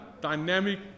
dynamic